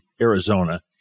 Arizona